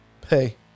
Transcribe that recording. Pay